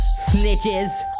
Snitches